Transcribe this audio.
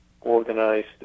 organized